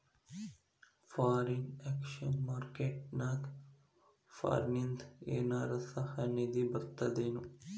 Foreign exchange market ನ್ಯಾಗ ಫಾರಿನಿಂದ ಏನರ ಸಹಾಯ ನಿಧಿ ಬರ್ತದೇನು?